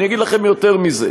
אני אגיד לכם יותר מזה: